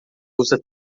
usa